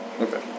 Okay